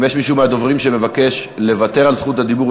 אם יש מישהו מהדוברים שמבקש לוותר על זכות הדיבור,